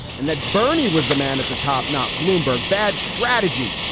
and that bernie was the man at the top. not bloomberg. bad strategy,